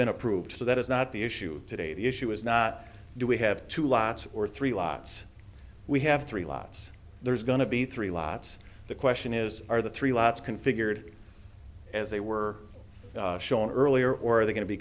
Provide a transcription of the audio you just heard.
been approved so that is not the issue today the issue is not do we have two lots or three lots we have three lots there's going to be three lots the question is are the three lots configured as they were shown earlier or are they going to be